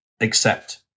accept